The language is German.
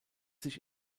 sich